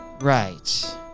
Right